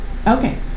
Okay